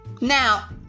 now